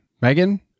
Megan